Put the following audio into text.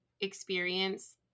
experience